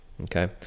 Okay